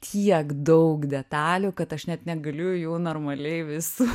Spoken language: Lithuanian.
tiek daug detalių kad aš net negaliu jų normaliai visų